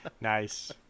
Nice